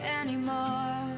anymore